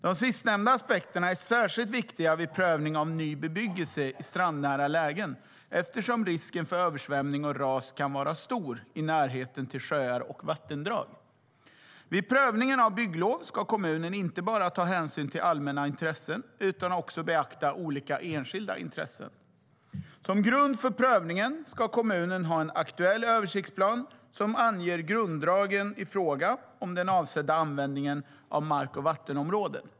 De sistnämnda aspekterna är särskilt viktiga vid prövning av ny bebyggelse i strandnära lägen eftersom risken för översvämning och ras kan vara stor i närheten till sjöar och vattendrag. Vid prövningen av bygglov ska kommunen inte bara ta hänsyn till allmänna intressen utan också beakta olika enskilda intressen. Som grund för prövningen ska kommunen ha en aktuell översiktsplan som anger grunddragen i fråga om den avsedda användningen av mark och vattenområden.